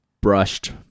brushed